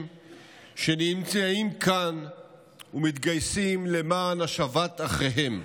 שנמצאים כאן ומתגייסים למען השבת אחיהם,